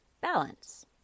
balance